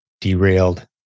derailed